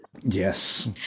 yes